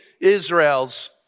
Israel's